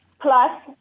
plus